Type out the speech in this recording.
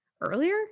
earlier